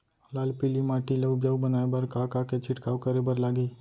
लाल पीली माटी ला उपजाऊ बनाए बर का का के छिड़काव करे बर लागही?